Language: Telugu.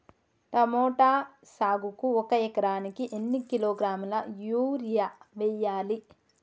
టమోటా సాగుకు ఒక ఎకరానికి ఎన్ని కిలోగ్రాముల యూరియా వెయ్యాలి?